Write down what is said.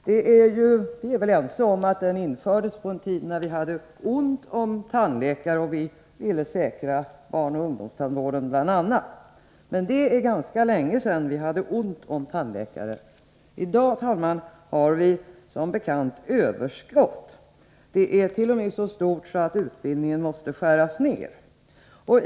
Vi är väl ense om att etableringskontrollen infördes på en tid då vi hade ont om tandläkare och vi ville säkra bl.a. barnoch ungdomstandvården. Men det är ganska länge sedan vi hade ont om tandläkare. I dag, herr talman, har vi som bekant överskott. Överskottet är t.o.m. så stort att utbildningen måste skäras ned.